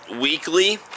weekly